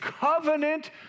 covenant